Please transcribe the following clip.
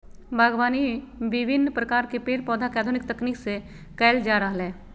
बागवानी विविन्न प्रकार के पेड़ पौधा के आधुनिक तकनीक से कैल जा रहलै